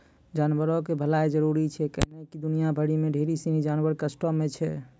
जानवरो के भलाइ जरुरी छै कैहने कि दुनिया भरि मे ढेरी सिनी जानवर कष्टो मे छै